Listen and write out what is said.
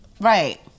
Right